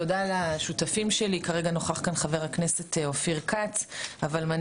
תודה לשותפים שלי חבר הכנסת אופיר כץ והאחרים,